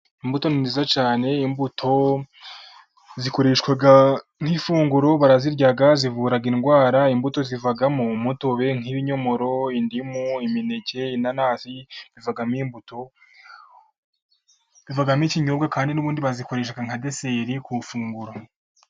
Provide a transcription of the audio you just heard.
Imbuto nziza cyane, imbuto zikoreshwa nk'ifunguro, barazirya, zivura indwara, imbuto zivamo umutobe nk'ibinyomoro, indimu, imineke, inanasi, bivamo imbuto, bivamo ikinyobwa kandi n'ubundi bazikoresha nka deseri ku ifunguro.